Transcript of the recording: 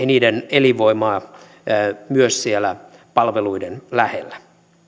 niiden elinvoimaa myös siellä palveluiden lähellä